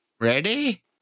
Ready